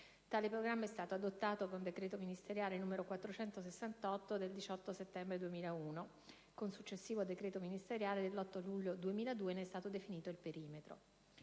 Tale programma è stato adottato con decreto ministeriale n. 468 del 18 settembre 2001, e con successivo decreto ministeriale dell'8 luglio 2002 ne è stato definito il perimetro.